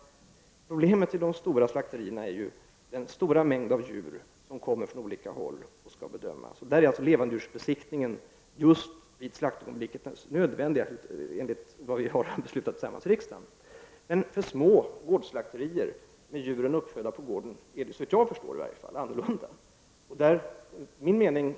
Problemet i de stora slakterierna är ju den stora mängd djur som kommer från olika håll och skall bedömas. Då är levandedjursbesiktningen vid slaktögonblicket nödvändig enligt riksdagens beslut. Men på gårdar med egna slakterier och där djuren är uppfödda är det, såvitt jag förstår, annorlunda.